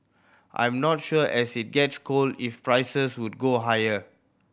I'm not sure as it gets cold if prices would go higher